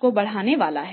को बढ़ाने वाला है